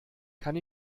kann